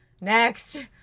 Next